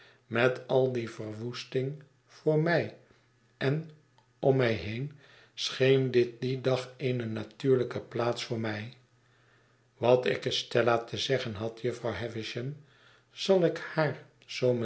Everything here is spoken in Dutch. met al die verwoesting voor mij en om mij heen scheen dit dien dag eene natuurlijke plaats voor mij wat ik estella te zeggen had jufvrouw havisham zal ik haar